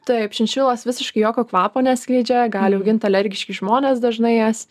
taip šinšilos visiškai jokio kvapo neskleidžia gali augint alergiški žmonės dažnai jas